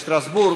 בשטרסבורג,